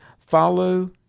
follow